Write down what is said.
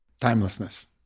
timelessness